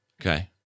Okay